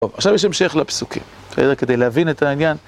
טוב, עכשיו יש המשך לפסוקים. רגע, כדי להבין את העניין...